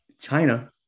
China